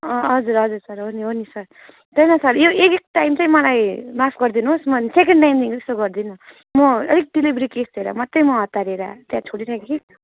अँ हजुर हजुर सर हो नि हो नि सर त्यही त सर यो एक टाइम चाहिँ मलाई माफ गरिदिनुहोस् सेकेन्ड टाइमदेखि यस्तो गरिदिन म अलिक डेलिभेरी केस थियो र मात्रै म हतारिएर त्यहाँ छोडिराखे कि